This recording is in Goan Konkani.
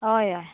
हय हय